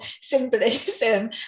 symbolism